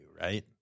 right